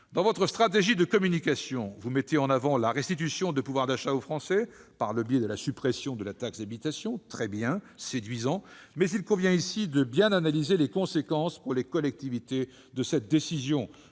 Dans votre stratégie de communication, vous mettez en avant la restitution de pouvoir d'achat aux Français par le biais de la suppression de la taxe d'habitation. Cela est séduisant, mais il convient ici de bien analyser les conséquences de cette décision